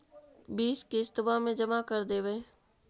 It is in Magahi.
बिस किस्तवा मे जमा कर देवै?